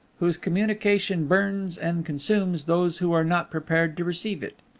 whose communication burns and consumes those who are not prepared to receive it.